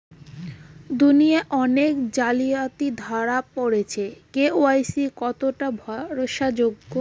দুনিয়ায় অনেক জালিয়াতি ধরা পরেছে কে.ওয়াই.সি কতোটা ভরসা যোগ্য?